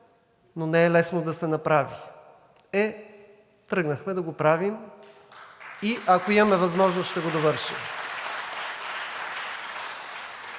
но не е лесно да се направи. Е, тръгнахме да го правим и ако имаме възможност, ще го довършим.